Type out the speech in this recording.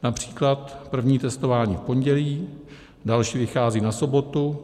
Například první testování v pondělí, další vychází na sobotu.